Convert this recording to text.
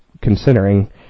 considering